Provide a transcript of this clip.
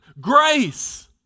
grace